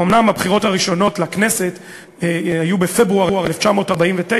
אומנם הבחירות הראשונות לכנסת היו בפברואר 1949,